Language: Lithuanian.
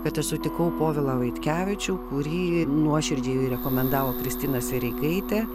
kad aš sutikau povilą vaitkevičių kurį nuoširdžiai rekomendavo kristina sereikaitė